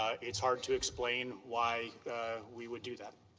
ah is hard to explain why we would do that.